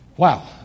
Wow